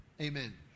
Amen